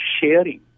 sharing